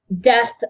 death